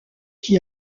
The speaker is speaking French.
qui